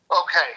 Okay